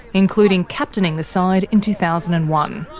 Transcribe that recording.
including captaining the side in two thousand and one.